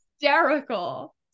hysterical